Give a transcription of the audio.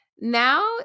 Now